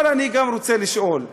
אבל אני רוצה לשאול: